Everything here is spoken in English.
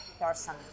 person